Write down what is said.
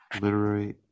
Literary